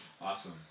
awesome